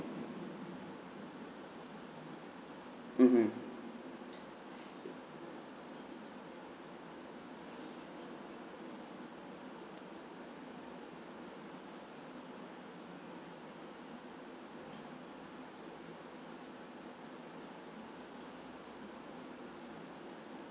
mmhmm